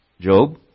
Job